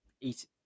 eat